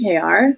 KR